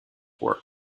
work